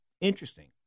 Interesting